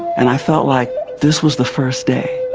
and i felt like this was the first day.